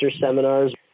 seminars